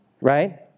Right